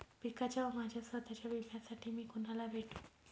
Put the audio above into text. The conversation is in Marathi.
पिकाच्या व माझ्या स्वत:च्या विम्यासाठी मी कुणाला भेटू?